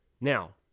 Now